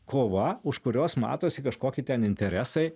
kova už kurios matosi kažkoki ten interesai